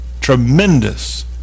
tremendous